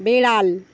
বেড়াল